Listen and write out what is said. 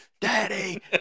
daddy